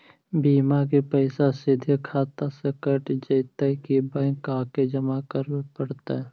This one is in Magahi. बिमा के पैसा सिधे खाता से कट जितै कि बैंक आके जमा करे पड़तै?